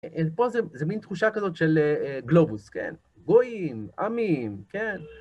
פה זה מין תחושה כזאת של גלובוס, כן, גויים, עמים, כן.